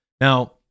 Now